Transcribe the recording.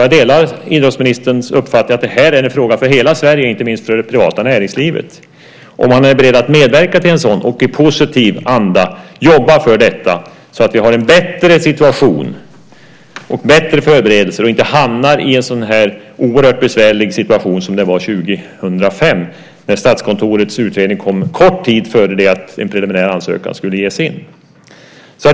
Jag delar idrottsministerns uppfattning om att det här är en fråga för hela Sverige, inte minst för det privata näringslivet. Är han beredd att medverka till en sådan uppställning och i positiv anda jobba för detta så att vi får en bättre situation och bättre förberedelser och inte hamnar i en sådan här oerhört besvärlig situation som den vi hade 2005? Då kom Statskontorets utredning en kort tid före det att en preliminär ansökan skulle ges in.